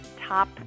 top